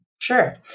Sure